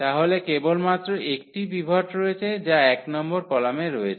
তাহলে কেবলমাত্র একটিই পিভট রয়েছে যা এক নম্বর কলামে রয়েছে